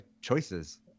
choices